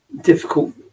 difficult